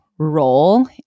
Role